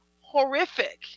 horrific